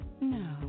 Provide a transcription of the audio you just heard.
No